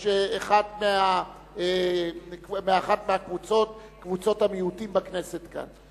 או שאחת מקבוצות המיעוטים בכנסת כאן.